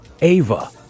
Ava